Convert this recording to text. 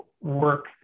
work